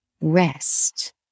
rest